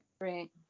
Right